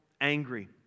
angry